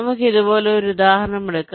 നമുക്ക് ഇതുപോലെ ഒരു ഉദാഹരണം എടുക്കാം